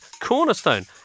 Cornerstone